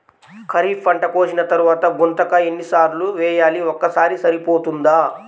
ఖరీఫ్ పంట కోసిన తరువాత గుంతక ఎన్ని సార్లు వేయాలి? ఒక్కసారి సరిపోతుందా?